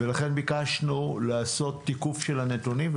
לכן ביקשנו לעשות תיקוף של הנתונים,